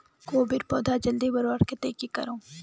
कोबीर पौधा जल्दी बढ़वार केते की करूम?